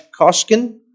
Koskin